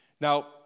Now